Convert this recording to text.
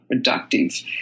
reductive